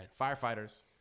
Firefighters